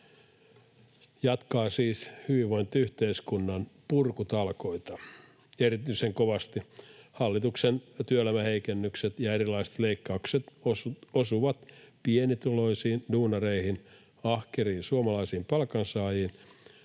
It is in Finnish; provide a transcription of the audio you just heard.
jatkaa siis hyvinvointiyhteiskunnan purkutalkoita. Erityisen kovasti hallituksen työelämäheikennykset ja erilaiset leikkaukset osuvat pienituloisiin, duunareihin, ahkeriin suomalaisiin palkansaajiin,